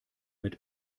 mit